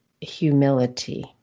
humility